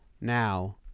now